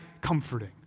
comforting